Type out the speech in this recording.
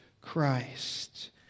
Christ